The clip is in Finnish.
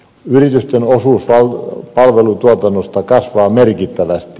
yritysten osuus palvelutuotannosta kasvaa merkittävästi